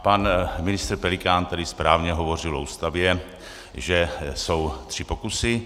Pan ministr Pelikán tady správně hovořil o Ústavě, že jsou tři pokusy.